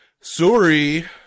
Sorry